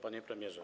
Panie Premierze!